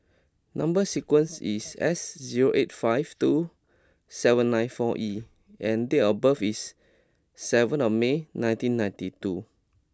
number sequence is S zero eight five two seven nine four E and date of birth is seven of May nineteen ninety two